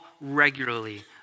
regularly